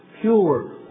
pure